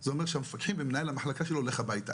זה אומר שהמפקחים ומנהל המחלקה שלו לך הביתה.